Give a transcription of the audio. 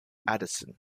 addison